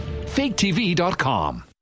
Faketv.com